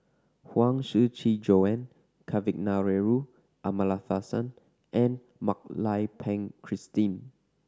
Huang Shiqi Joan Kavignareru Amallathasan and Mak Lai Peng Christine